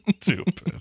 stupid